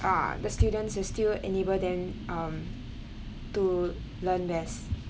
uh the students will still enable them um to learn best